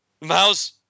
mouse